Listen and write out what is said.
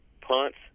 punts